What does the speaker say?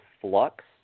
flux